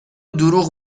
دروغ